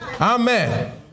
Amen